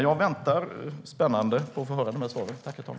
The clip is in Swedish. Jag väntar med spänning på att få höra svaren.